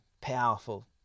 powerful